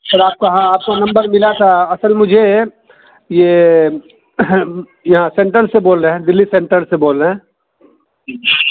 سر آپ کا auto number ملا تھا اصل مجھے یہ سینٹر سے بول رہے ہیں دلی سینٹر سے بول رہے ہیں